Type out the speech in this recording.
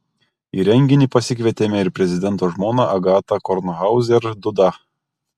į renginį pasikvietėme ir prezidento žmoną agatą kornhauzer dudą